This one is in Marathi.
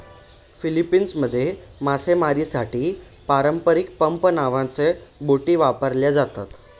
फिलीपिन्समध्ये मासेमारीसाठी पारंपारिक पंप नावाच्या बोटी वापरल्या जातात